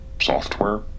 Software